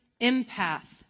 empath